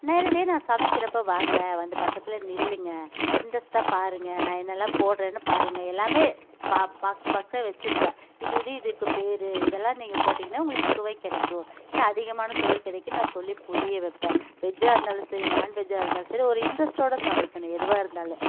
நேரடியாக நான் சமைக்கிறப்போ வாங்க வந்து பக்கத்தில் நில்லுங்க இன்ட்ரஸ்ட்டாக பாருங்க நான் என்னெல்லாம் போடுறேனு பாருங்கள் எல்லாமே பா பாக்ஸ் பாக்ஸாக வச்சிருப்பேன் இது இது இதுக்குப் பேர் இதெல்லாம் நீங்கள் போட்டிங்கனா உங்களுக்கு சுவை கிடைக்கும் இன்னும் அதிகமான சுவை கிடைக்கும் நான் சொல்லி புரியவைப்பேன் வெஜ்ஜாக இருந்தாலும் சரி நாண்வெஜ்ஜாக இருந்தாலும் சரி ஒரு இன்ட்ரஸ்ட்டோட சமைக்கணும் எதுவாக இருந்தாலும்